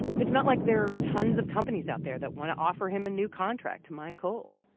it's not like there are tons of companies out there that want to offer him a new contract to mine coal.